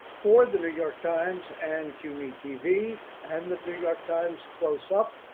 for the new york times and cuny tv and the new york times close up,